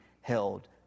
held